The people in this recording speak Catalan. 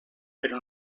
però